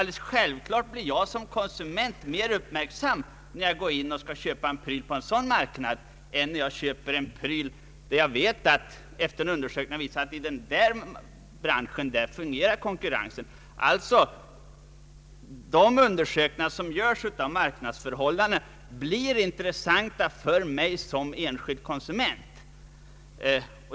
Det är självklart att jag som konsument blir mer uppmärksam när jag skall köpa en sak på en sådan marknad än när jag köper inom en bransch om vilken jag vet att konkurrensen fungerar. De undersökningar som görs om marknadsförhållandena blir alltså intressanta för mig som enskild konsument.